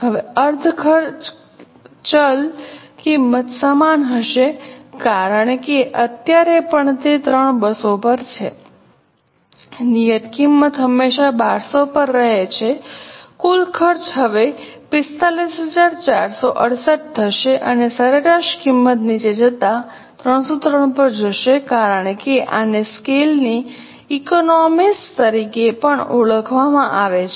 હવે અર્ધ ચલ કિંમત સમાન હશે કારણ કે અત્યારે પણ તે ત્રણ બસો પર છે નિયત કિંમત હંમેશાં 1200 પર રહે છે કુલ ખર્ચ હવે 45468 થશે અને સરેરાશ કિંમત નીચે જતા 303 પર જશે કારણ કે આને સ્કેલની ઇકોનોમિઝ તરીકે પણ ઓળખવામાં આવે છે